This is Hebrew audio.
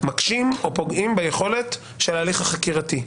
מקשים או פוגעים ביכולת של ההליך החקירתי.